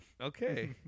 Okay